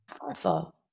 powerful